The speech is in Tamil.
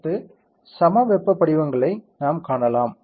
அடுத்து சமவெப்ப வடிவங்களை நாம் காணலாம்